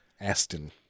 Aston